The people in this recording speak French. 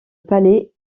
palais